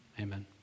Amen